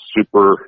super